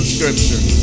Scripture